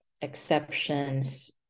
exceptions